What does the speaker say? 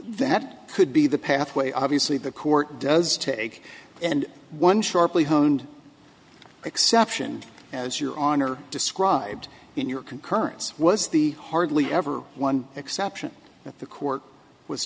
that could be the pathway obviously the court does take and one sharply honed exception as your honor described in your concurrence was the hardly ever one exception that the court was